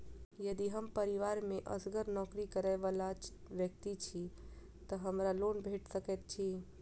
यदि हम परिवार मे असगर नौकरी करै वला व्यक्ति छी तऽ हमरा लोन भेट सकैत अछि?